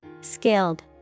Skilled